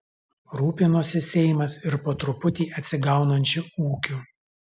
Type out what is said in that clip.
rūpinosi seimas ir po truputį atsigaunančiu ūkiu